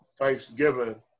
Thanksgiving